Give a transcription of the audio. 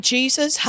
Jesus